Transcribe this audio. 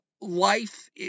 life